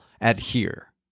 adhere